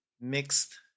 mixed